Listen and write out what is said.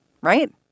right